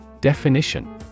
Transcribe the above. Definition